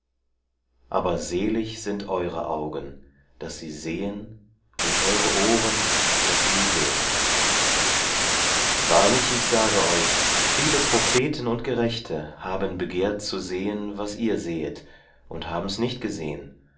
aber selig sind eure augen daß sie sehen und eure ohren daß sie hören wahrlich ich sage euch viele propheten und gerechte haben begehrt zu sehen was ihr sehet und haben's nicht gesehen